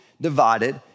divided